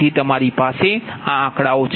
તેથી તમારી પાસે આ આંકડાઓ છે